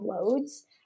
loads